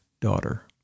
daughter